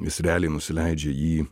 jis realiai nusileidžia į